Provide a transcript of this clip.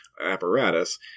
apparatus